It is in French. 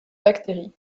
bactéries